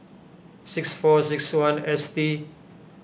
six four six one S T